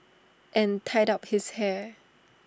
and tied up his hair